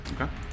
okay